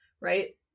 Right